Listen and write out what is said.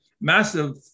massive